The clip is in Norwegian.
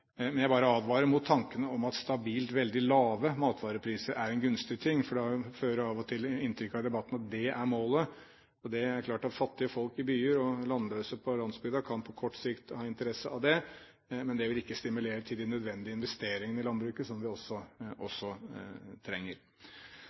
Men jeg bare advarer mot tanken om at stabilt veldig lave matvarepriser er en gunstig ting, for man får jo av og til inntrykk av i debatten at det er målet. Det er klart at fattige folk i byer og landløse på landsbygda på kort sikt kan ha interesse av det, men det vil ikke stimulere til de nødvendige investeringene i landbruket som vi også